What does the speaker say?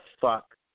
fuck